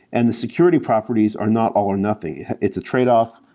and the security properties are not all or nothing. it's a tradeoff.